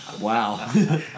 Wow